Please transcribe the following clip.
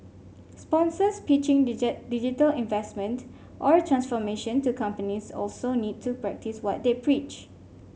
sponsors pitching digital investment or transformation to companies also need to practice what they preach